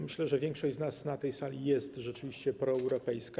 Myślę, że większość z nas na tej sali jest rzeczywiście proeuropejska.